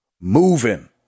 moving